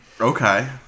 Okay